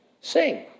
Sing